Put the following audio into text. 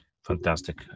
Fantastic